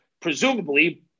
presumably